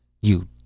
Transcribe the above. You